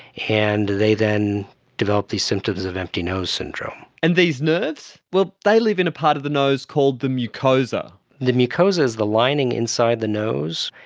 and they then develop these symptoms of empty nose syndrome. and these nerves? well, they live in a part of the nose called the mucosa. the mucosa is the lining inside the nose,